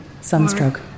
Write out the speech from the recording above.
Sunstroke